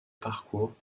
parcours